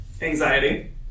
Anxiety